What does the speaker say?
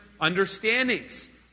understandings